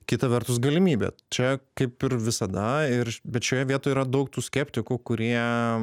kita vertus galimybė čia kaip ir visada ir bet šioje vietoje yra daug tų skeptikų kurie